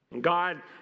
God